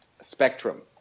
spectrum